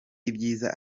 ibyiza